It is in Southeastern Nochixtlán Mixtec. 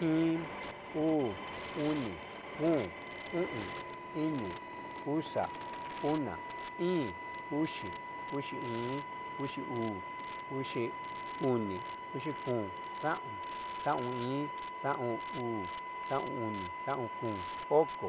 Iin, uu, oni kom, o'on, iño, oxa, ona, íín, uxi, uxi iin, uxi uu, oxi oni, uxi kom, xaon, xaon iin, xaon uu, xaon oni, xaon kom, oko,